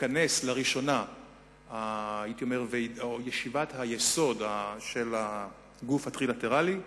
תתכנס לראשונה ישיבת היסוד של הגוף הטרילטרלי,